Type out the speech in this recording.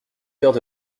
heures